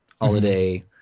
holiday